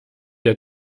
der